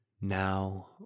now